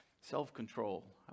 Self-control